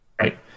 right